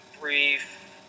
brief